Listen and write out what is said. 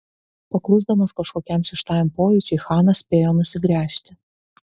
paklusdamas kažkokiam šeštajam pojūčiui chanas spėjo nusigręžti